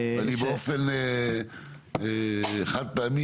אני באופן חד פעמי,